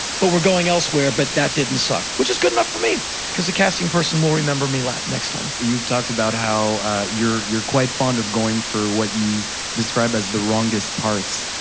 but we're going elsewhere, but that didn't suck, which is good enough for me cause the casting person will remember me next time. you've talked about how you're you're quite fond of going for what you describe as the wrongest parts.